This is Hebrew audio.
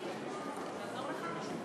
יש בקשה להצבעה שמית,